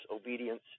obedience